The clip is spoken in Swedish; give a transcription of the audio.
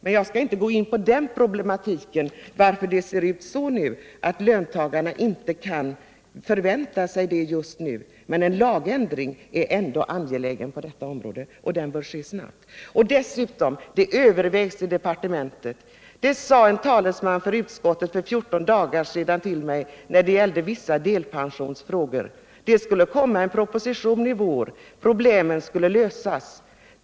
Men jag skall inte gå in på problematiken varför det ser ut så att löntagarna inte kan förvänta sig det just nu. En lagändring är angelägen på det här området, och den bör ske snabbt. Dessutom: De övervägs i departementet, sade en talseman för utskottet till Nr 131 mig för 14 dagar sedan om vissa delpensionsfrågor. Det skulle komma en Onsdagen den proposition i vår. Problemen skulle lösas, hette det.